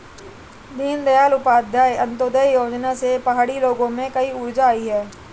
दीनदयाल उपाध्याय अंत्योदय योजना से पहाड़ी लोगों में नई ऊर्जा आई है